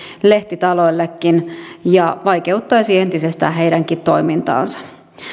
lehtitaloillekin ja tämä vaikeuttaisi entisestään heidänkin toimintaansa